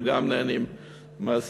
הם גם נהנים מהסיפורים,